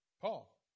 Paul